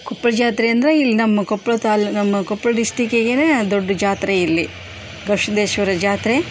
ಕೊಪ್ಳ ಜಾತ್ರೆ ಅಂದರೆ ಇಲ್ಲಿ ನಮ್ಮ ಕೊಪ್ಳ ತಾಲೂ ನಮ್ಮ ಕೊಪ್ಳ ಡಿಸ್ಟಿಕ್ಕಿಗೇನೆ ದೊಡ್ಡ ಜಾತ್ರೆ ಇಲ್ಲಿ ಗವಿಸಿದ್ಧೇಶ್ವರ ಜಾತ್ರೆ